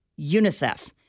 UNICEF